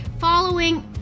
following